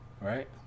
Right